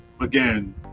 again